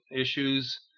issues